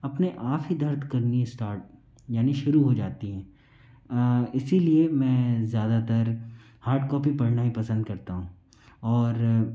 अपने आप ही दर्द करनी स्टार्ट यानि शुरू हो जाती हैं इसीलिए मैं ज़्यादातर हार्ड कॉपी पढ़ना ही पसंद करता हूँ और